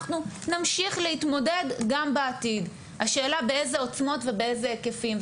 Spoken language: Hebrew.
אנחנו נמשיך להתמודד גם בעתיד השאלה באיזה עוצמות ובאיזה היקפים.